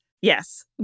yes